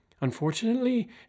Unfortunately